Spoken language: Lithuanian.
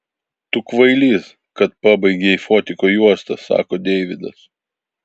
tu kvailys kad pabaigei fotiko juostą sako deividas